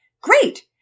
Great